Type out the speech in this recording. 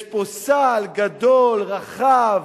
יש פה סל גדול, רחב,